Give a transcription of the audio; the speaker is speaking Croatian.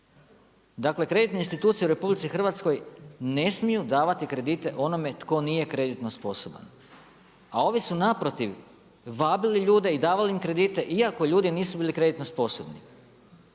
Dakle kreditne institucije u RH ne smiju davati kredite onome tko nije kreditno sposoban. A ovi su naprotiv vabili ljude i davali im kredite iako ljudi nisu bili kreditno sposobni.